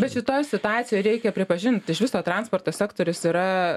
bet šitoj situacijoj reikia pripažint iš viso transporto sektorius yra